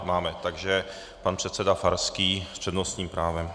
Máme, takže pan předseda Farský s přednostním právem.